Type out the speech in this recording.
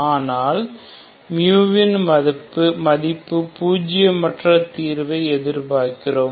ஆனால் மதிப்பிற்கு பூஜ்ஜியமற்ற தீர்வை எதிர்பார்க்கிறோம்